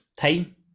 time